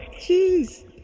Jeez